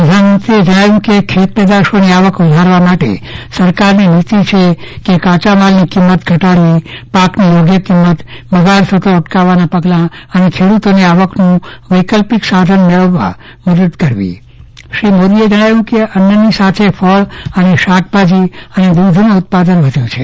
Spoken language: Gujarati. પ્રધાનમંત્રીએ જણાવ્યું કે ખેત પેદાશોની આવકવધારવા માટે સરકારની નીતિ જેવી કે કાચા માલની કિંમત ઘટાડવી પાકની યોગ્ય કિંમત બગાડ થતો અટકાવવાના પગલા અને ખેડૂતોને આવકનું વૈકલ્પિક સાધન મેળવવા મદદ કરી શ્રી મોદીએ જણાવ્યું છે કે અન્ની સાથે ફળ અને શાકભાજી અને દુધનું ઉત્પાદન વધ્યું છે